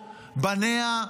בניה,